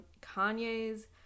Kanye's